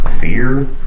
Fear